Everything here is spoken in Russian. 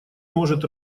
может